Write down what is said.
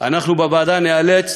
אנחנו בוועדה ניאלץ